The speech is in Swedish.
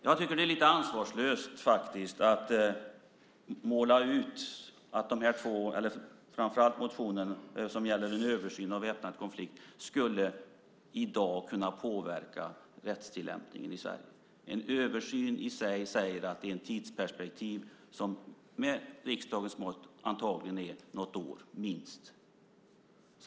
Jag tycker att det är lite ansvarslöst att låta påskina att era motioner, särskilt den som gäller en översyn av begreppet väpnad konflikt, i dag skulle kunna påverka rättstillämpningen i Sverige. En översyn i sig innebär ett tidsperspektiv som med riksdagens mått är minst något år.